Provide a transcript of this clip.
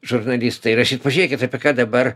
žurnalistai rašyt pažėkit apie ką dabar